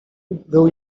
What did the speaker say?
był